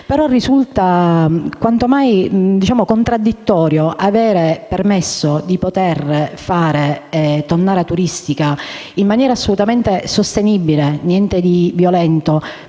però, quanto mai contraddittorio aver permesso di fare tonnara turistica in maniera assolutamente sostenibile (niente di violento)